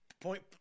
point